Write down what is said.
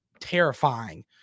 Terrifying